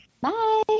Bye